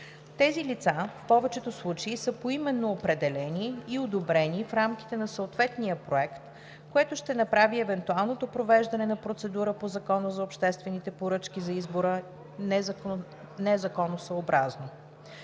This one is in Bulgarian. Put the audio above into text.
Тези лица в повечето случаи са поименно определени и одобрени в рамките на съответния проект, което ще направи евентуалното провеждане на процедура по Закона за